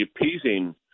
appeasing